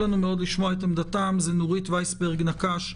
- זה נורית ויסברג נקש,